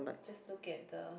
just look at the